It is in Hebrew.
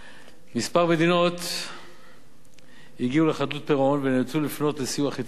כמה מדינות הגיעו לחדלות פירעון ונאלצו לפנות לסיוע חיצוני.